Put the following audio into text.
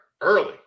early